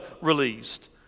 released